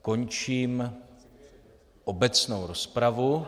Končím obecnou rozpravu.